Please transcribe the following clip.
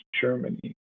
Germany